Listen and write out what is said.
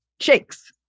shakes